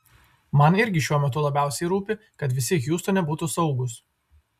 man irgi šiuo metu labiausiai rūpi kad visi hjustone būtų saugūs